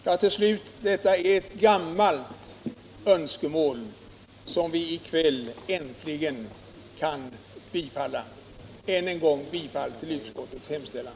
Herr talman! Det är ett gammalt önskemål från utlandssvenskarnas sida som vi i kväll äntligen kan bifalla. Än en gång yrkar jag bifall till utskottets hemställan.